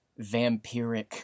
vampiric